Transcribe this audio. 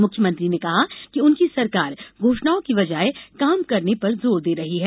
मुख्यमंत्री ने कहा कि उनकी सरकार घोषणाओं की बजाय काम करने पर जोर दे रही है